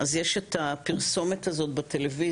אז יש את הפרסומת הזאת בטלוויזיה,